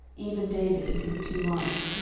even david with his two wives,